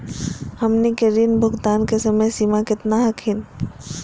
हमनी के ऋण भुगतान के समय सीमा केतना हखिन?